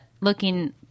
looking